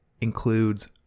includes